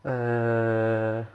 err